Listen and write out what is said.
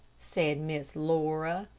said miss laura,